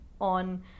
on